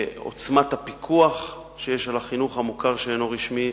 מעוצמת הפיקוח שיש על החינוך המוכר שאינו רשמי.